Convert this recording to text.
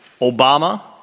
Obama